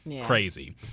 crazy